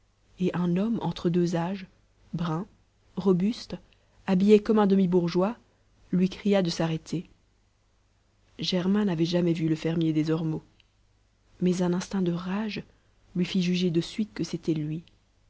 et un homme entre deux âges brun robuste habillé comme un demi-bourgeois lui cria de s'arrêter germain n'avait jamais vu le fermier des ormeaux mais un instinct de rage lui fit juger de suite que c'était lui